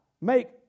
make